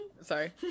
sorry